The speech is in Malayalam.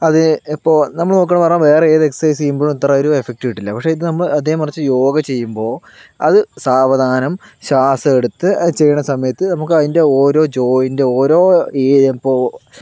അത് എപ്പോൾ നമ്മള് നോക്കണമെന്ന് പറഞ്ഞാൽ വേറെ ഏത് എക്സൈസ് ചെയ്യുമ്പോഴും ഇത്ര ഒരു എഫക്ട് കിട്ടില്ല പക്ഷേ ഇത് നമ്മള് അതേ മറിച്ച് യോഗ ചെയ്യുമ്പോൾ അത് സാവധാനം ശ്വാസം എടുത്ത് അത് ചെയ്യണ സമയത്ത് നമുക്ക് അതിൻ്റെ ഓരോ ജോയിൻറ് ഓരോ ഇപ്പോൾ